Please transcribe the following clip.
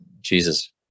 jesus